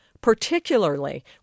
particularly